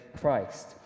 Christ